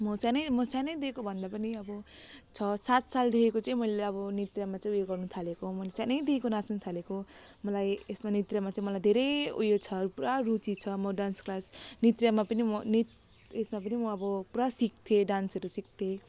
म सानैदेखिको म सानैदेखिको भन्दा पनि अब छ सात सालदेखिको चाहिँ मेरो अब नृत्यमा चाहिँ उयो गर्नुथालेको मैले सानैदेखिको नाच्नुथालेको मलाई यसमा नृत्यमा चाहिँ धेरै उयो छ पुरा रुचि छ म डान्स क्लास नृत्यमा पनि म नृत्य यसमा पनि म अब पुरा सिक्थेँ डान्सहरू सिक्थेँ